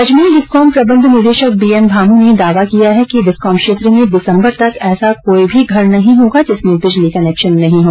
Ajmer discom प्रबंध निदेशक B M Bhamu ने दावा किया है कि डिस्कॉम क्षेत्र में दिसंबर तक ऐसा कोई भी घर नहीं होगा जिसमें बिजली का कनेक्शन नहीं हो